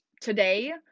today